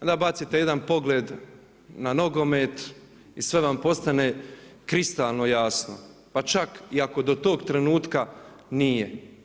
Onda bacite jedan pogled na nogomet i sve vam postane kristalno jasno pa čak ako i do toga trenutka nije.